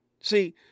See